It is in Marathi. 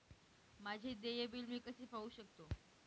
माझे देय बिल मी कसे पाहू शकतो?